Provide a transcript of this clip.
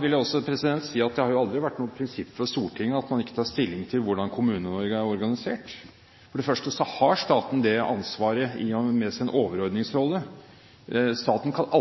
vil også si at det aldri har vært noe prinsipp fra Stortinget at man ikke tar stilling til hvordan Kommune-Norge er organisert. For det første har staten det ansvaret i og med sin overordnede rolle. Staten og Stortinget kan